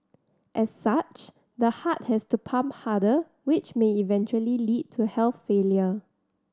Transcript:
as such the heart has to pump harder which may eventually lead to health failure